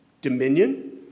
dominion